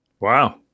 Wow